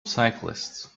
cyclists